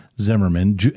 Zimmerman